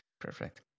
Perfect